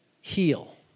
heal